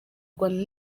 rwanda